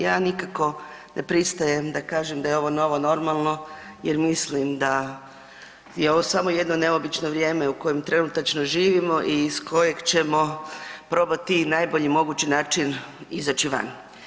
Ja nikako ne pristajem da kažem da je ovo novo normalno jer mislim da je ovo samo jedno neobično vrijeme u kojem trenutačno živimo i iz kojeg ćemo probati na najbolji mogući način izaći van.